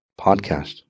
podcast